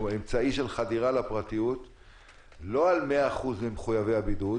אמצעי של חדירה לפרטיות לא על 100% ממחויבי הבידוד,